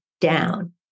down